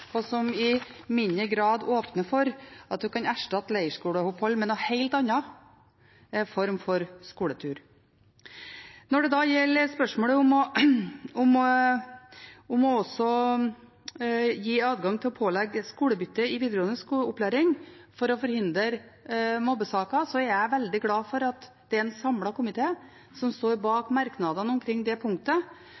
og som i mindre grad åpner for at en kan erstatte leirskoleopphold med en helt annen form for skoletur. Når det gjelder spørsmålet om også å gi adgang til å pålegge skolebytte i videregående opplæring for å forhindre mobbesaker, er jeg veldig glad for at det er en samlet komité som står